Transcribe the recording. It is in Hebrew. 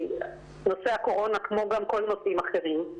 נושא הקורונה כמו גם כל הנושאים האחרים.